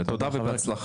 תודה רבה ובהצלחה.